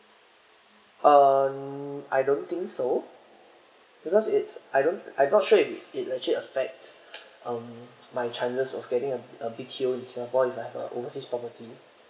um I don't think so because it's I don't I'm not sure if it actually affects um my chances of getting a a B_T_O in singapore if I have a overseas property